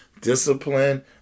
Discipline